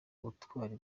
ubutwari